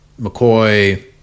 McCoy